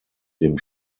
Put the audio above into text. dem